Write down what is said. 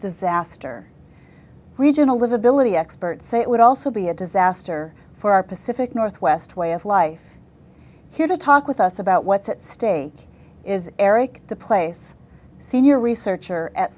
disaster regional livability experts say it would also be a disaster for our pacific northwest way of life here to talk with us about what's at stake is erik to place senior researcher at